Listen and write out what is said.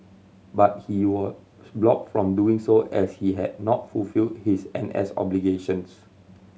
but he was blocked from doing so as he had not fulfill his N S obligations